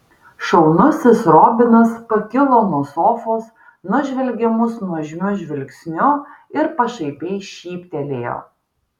šaunusis robinas pakilo nuo sofos nužvelgė mus nuožmiu žvilgsniu ir pašaipiai šyptelėjo